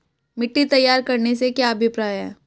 मिट्टी तैयार करने से क्या अभिप्राय है?